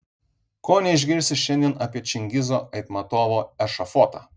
ko neišgirsi šiandien apie čingizo aitmatovo ešafotą